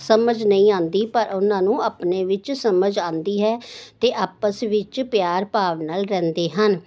ਸਮਝ ਨਹੀਂ ਆਉਂਦੀ ਪਰ ਉਹਨਾਂ ਨੂੰ ਆਪਣੇ ਵਿੱਚ ਸਮਝ ਆਉਂਦੀ ਹੈ ਅਤੇ ਆਪਸ ਵਿੱਚ ਪਿਆਰ ਭਾਵ ਨਾਲ ਰਹਿੰਦੇ ਹਨ